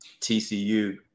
TCU